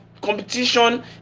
competition